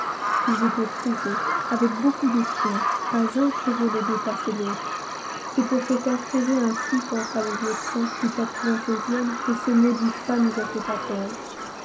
ils étaient frisés avec beaucoup de soin pas un cheveu ne dépassait l'autre c'est pour se faire friser ainsi pensa le lieutenant du e que ce maudit fat nous a fait attendre